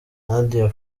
nadia